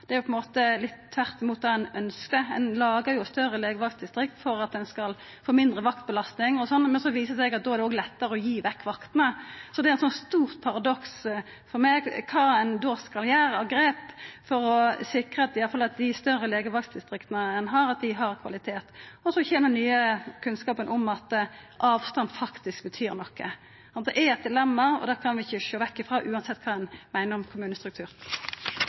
Ein lagar jo større legevaktdistrikt for at ein skal få mindre vaktbelastning bl.a., men så viser det seg at då er det òg lettare å gi vekk vaktene. Så det er eit stort paradoks for meg kva grep ein då skal ta for å sikra at iallfall dei større legevaktdistrikta ein har, har kvalitet. Så kjem den nye kunnskapen om at avstand faktisk betyr noko. Det er eit dilemma, og det kan vi ikkje sjå vekk frå, uansett kva ein meiner om kommunestruktur.